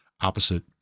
opposite